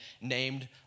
named